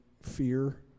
fear